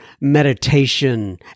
meditation